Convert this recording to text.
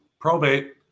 Probate